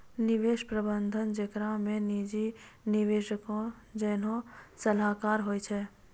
निवेश प्रबंधन जेकरा मे निजी निवेशको जैसनो सलाहकार होय छै